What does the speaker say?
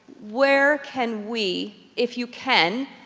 where can we, if you can,